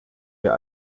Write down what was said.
wir